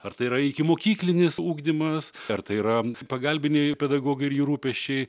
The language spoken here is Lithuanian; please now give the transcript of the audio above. ar tai yra ikimokyklinis ugdymas ar tai yra pagalbiniai pedagogai ir jų rūpesčiai